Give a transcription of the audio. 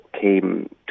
came